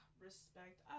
respect